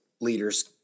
Leaders